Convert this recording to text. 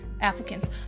Applicants